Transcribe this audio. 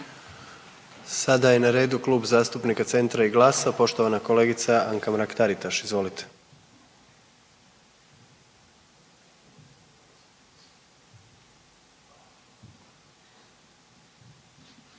Sada je na redu Klub zastupnika Centra i GLAS-a poštovana kolegica Anka Mrak Taritaš. Izvolite.